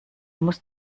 muss